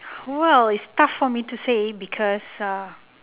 well it's tough for me to say because uh